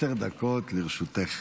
עשר דקות לרשותך.